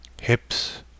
hips